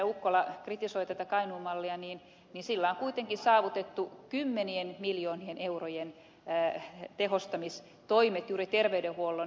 ukkola kritisoi tätä kainuun mallia sillä on kuitenkin saavutettu kymmenien miljoonien eurojen tehostamistoimet juuri terveydenhuollon alalla